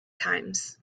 times